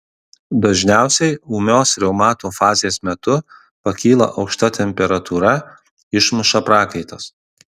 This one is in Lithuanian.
dažniausiai ūmios reumato fazės metu pakyla aukšta temperatūra išmuša prakaitas